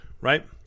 right